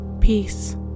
peace